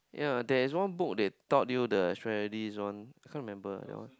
ya there is one book they taught you the strategies one I can't remember ah that one